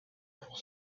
pour